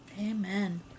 Amen